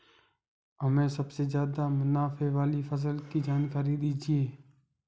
हमें सबसे ज़्यादा मुनाफे वाली फसल की जानकारी दीजिए